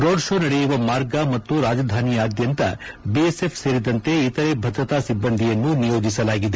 roadshow ನಡೆಯುವ ಮಾರ್ಗ ಮತ್ತು ರಾಜಧಾನಿಯಾದ್ಯಂತ ಬಿಎಸ್ಎಫ್ ಸೇರಿದಂತೆ ಇತರೆ ಭದ್ರತಾ ಸಿಬ್ಬಂದಿಯನ್ನು ನಿಯೋಜಿಸಲಾಗಿದೆ